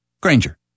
Granger